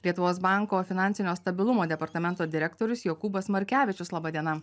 lietuvos banko finansinio stabilumo departamento direktorius jokūbas markevičius laba diena